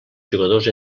jugadors